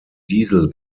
diesel